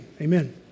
Amen